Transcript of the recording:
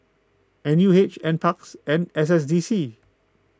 N U H N Parks and S S D C